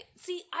see